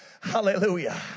Hallelujah